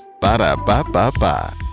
Ba-da-ba-ba-ba